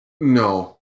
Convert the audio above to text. No